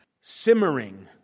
simmering